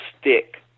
stick